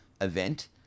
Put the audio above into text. event